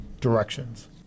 directions